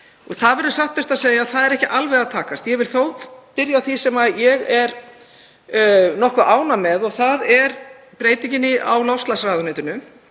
Það hefur satt best að segja ekki alveg tekist. Ég vil þó byrja á því sem ég er nokkuð ánægð með og það er breytingin á loftslagsráðuneytinu,